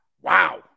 Wow